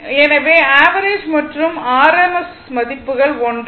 எனவே ஆவரேஜ் மற்றும் ஆர்எம்எஸ் மதிப்புகள் ஒன்றே